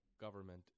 government